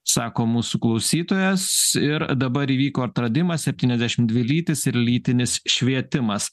sako mūsų klausytojas ir dabar įvyko atradimas septyniasdešim dvi lytys ir lytinis švietimas